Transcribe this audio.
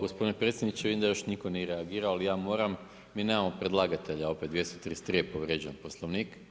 Gospodine predsjedniče, vidim da još nitko nije reagirao ali ja moram, mi nemamo predlagatelja opet 233. je povređen Poslovnik.